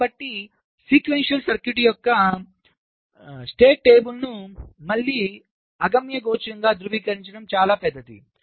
కాబట్టి sequential circuit యొక్క state టేబుల్ను మళ్ళీ అగమ్యగోచరంగా ధృవీకరించడం చాలా పెద్దది